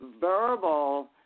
verbal